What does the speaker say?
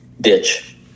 ditch